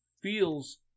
feels